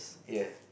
ya